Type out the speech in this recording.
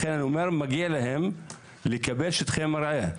לכן אני אומר, מגיע להם לקבל שטחי מרעה.